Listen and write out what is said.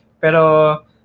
pero